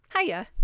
Hiya